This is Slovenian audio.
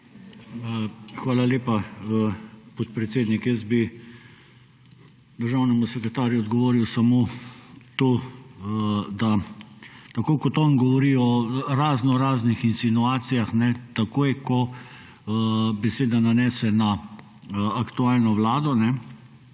Hvala lepa, podpredsednik. Državnemu sekretarju bi odgovoril samo to, da tako kot on govori o raznoraznih insinuacijah, takoj ko beseda nanese na aktualno vlado,